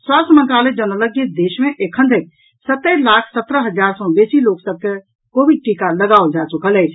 स्वास्थ्य मंत्रालय जनौलकि जे देश मे एखन धरि सत्तरि लाख सत्रह हजार सँ बेसी लोक सभ के कोविड टीका लगाओल जा चुकल अछि